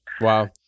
Wow